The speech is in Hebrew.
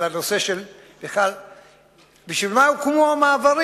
על השאלה בשביל מה הוקמו המעברים.